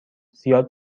زیاد